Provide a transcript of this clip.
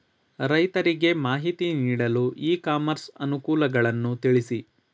ರೈತರಿಗೆ ಮಾಹಿತಿ ನೀಡಲು ಇ ಕಾಮರ್ಸ್ ಅನುಕೂಲಗಳನ್ನು ತಿಳಿಸಿ?